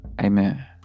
Amen